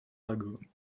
lagoon